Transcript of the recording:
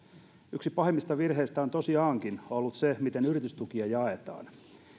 yksi pahimmista virheistä on tosiaankin ollut se miten yritystukia jaetaan